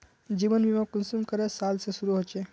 जीवन बीमा कुंसम करे साल से शुरू होचए?